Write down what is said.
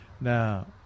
Now